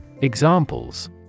Examples